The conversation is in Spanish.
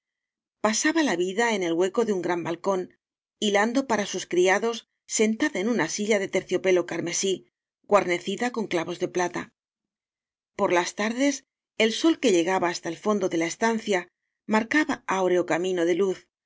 pasaba la vida en el hueco de un gran balcón hilando para sus criados sentada en una silla de terciopelo carmesí guarnecida con clavos de plata por las tar des el sol que llegaba hasta el fondo de la estancia marcaba áureo camino de luz